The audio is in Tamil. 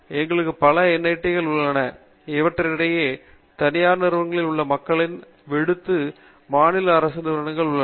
எங்களுக்கு பல NIT கள் உள்ளன இவற்றுக்கிடையில் தனியார் நிறுவனங்களில் உள்ள மக்களைக் விடுத்து மாநில அரசு நிறுவனங்கள் உள்ளன